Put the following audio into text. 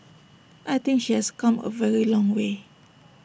I think she has come A very long way